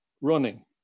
running